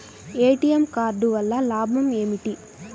ATM card వల్ల లాభం ఏమిటి?